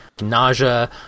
nausea